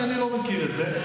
אני לא מכיר את זה.